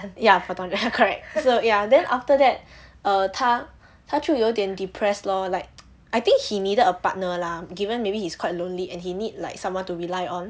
ya potong jalan correct so ya then after that err 他他就有点 depressed lor like I think he needed a partner lah given maybe he is quite lonely and he need like someone to rely on